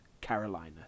Carolina